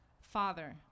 Father